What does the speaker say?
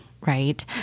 right